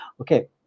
Okay